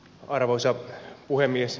arvoisa puhemies